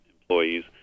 employees